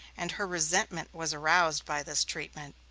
and her resentment was aroused by this treatment.